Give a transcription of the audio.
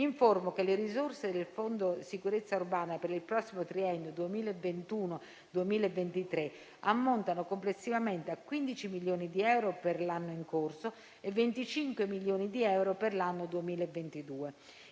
informo che le risorse del Fondo sicurezza urbana per il prossimo triennio 2021-2023 ammontano complessivamente a 15 milioni di euro per l'anno in corso e a 25 milioni di euro per l'anno 2022.